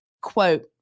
quote